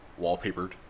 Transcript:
wallpapered